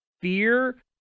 fear